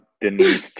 Denise